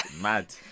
Mad